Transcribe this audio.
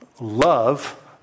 love